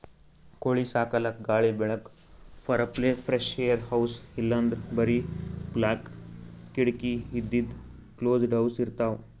ಕೋಳಿ ಸಾಕಲಕ್ಕ್ ಗಾಳಿ ಬೆಳಕ್ ಬರಪ್ಲೆ ಫ್ರೆಶ್ಏರ್ ಹೌಸ್ ಇಲ್ಲಂದ್ರ್ ಬರಿ ಬಾಕ್ಲ್ ಕಿಡಕಿ ಇದ್ದಿದ್ ಕ್ಲೋಸ್ಡ್ ಹೌಸ್ ಇರ್ತವ್